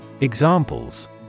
Examples